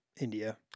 India